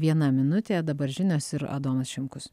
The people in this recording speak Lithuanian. viena minutė dabar žinios ir adomas šimkus